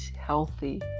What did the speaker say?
healthy